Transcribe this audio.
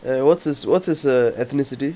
eh what's this what's this uh ethnicity